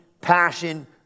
Passion